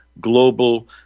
Global